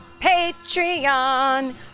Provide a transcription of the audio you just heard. Patreon